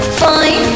fine